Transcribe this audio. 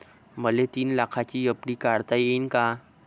मले तीन लाखाची एफ.डी काढता येईन का?